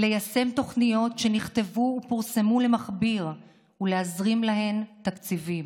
ליישם תוכניות שנכתבו ופורסמו למכביר ולהזרים להן תקציבים.